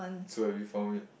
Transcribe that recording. so have you found it